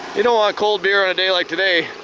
you don't want cold beer on a day like today.